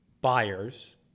buyers